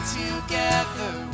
together